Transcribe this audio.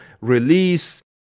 release